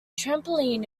trampoline